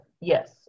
yes